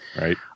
Right